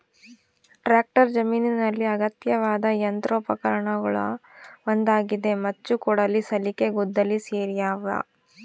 tractor ಜಮೀನಿನಲ್ಲಿ ಅಗತ್ಯವಾದ ಯಂತ್ರೋಪಕರಣಗುಳಗ ಒಂದಾಗಿದೆ ಮಚ್ಚು ಕೊಡಲಿ ಸಲಿಕೆ ಗುದ್ದಲಿ ಸೇರ್ಯಾವ